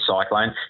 cyclone